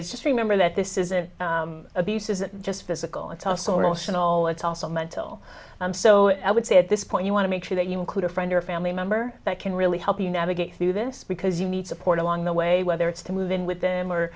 it's just remember that this isn't abuse is just physical it's also notional it's also mental so i would say at this point you want to make sure that you include a friend or family member that can really help you navigate through this because you need support along the way whether it's to move in with them or